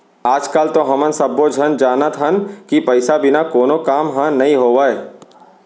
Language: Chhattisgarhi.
आज काल तो हमन सब्बो झन जानत हन कि पइसा बिना कोनो काम ह नइ होवय